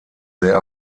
sehr